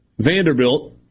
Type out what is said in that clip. Vanderbilt